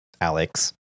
Alex